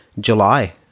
July